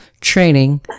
training